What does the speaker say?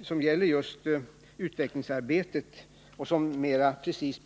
som gäller utvecklingsarbetet vid Stråssalaboratoriet.